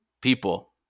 People